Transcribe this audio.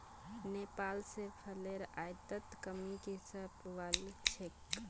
नेपाल स फलेर आयातत कमी की स वल छेक